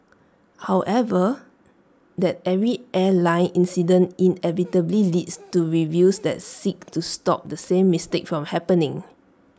however that every airline incident inevitably leads to reviews that seek to stop the same mistake from happening